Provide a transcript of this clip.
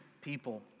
people